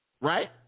right